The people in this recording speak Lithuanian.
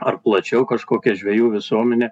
ar plačiau kažkokia žvejų visuomenė